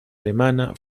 alemana